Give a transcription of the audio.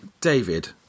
David